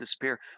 disappear